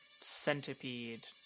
centipede